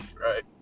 right